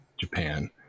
Japan